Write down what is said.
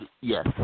yes